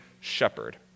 shepherd